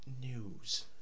news